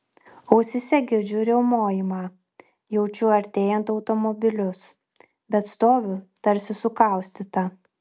ausyse girdžiu riaumojimą jaučiu artėjant automobilius bet stoviu tarsi sukaustyta